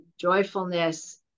joyfulness